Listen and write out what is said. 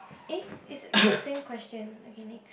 eh is the same question okay next